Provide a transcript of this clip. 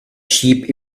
sheep